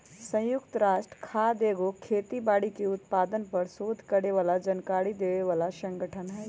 संयुक्त राष्ट्र खाद्य एगो खेती बाड़ी के उत्पादन पर सोध करे बला जानकारी देबय बला सँगठन हइ